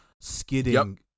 skidding